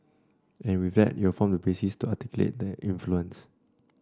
and with that it'll form the basis to articulate that influence